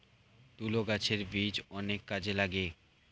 তুলো গাছের বীজ অনেক কাজে লাগে